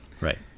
Right